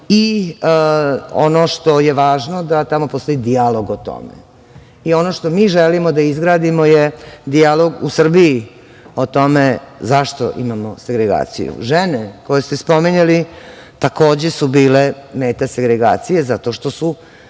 Ono što je važno da tamo postoji dijalog o tome. Ono što mi želimo da izgradimo je dijalog u Srbiji je u tome zašto imamo segregaciju? Žene koje ste spominjali, takođe su bile meta segregacije, zato što su